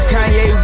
Kanye